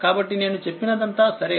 కాబట్టి నేను చెప్పినదంతా సరే